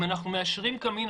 אם אנחנו מאשרים קמין,